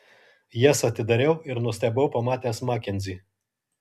jas atidariau ir nustebau pamatęs makenzį